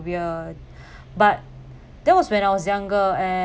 ~bia but that was when I was younger